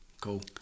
Cool